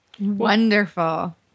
Wonderful